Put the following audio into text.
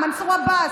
מנסור עבאס,